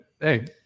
hey